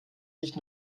nicht